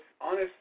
honest